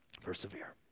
persevere